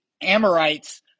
Amorites